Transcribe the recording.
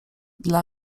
dla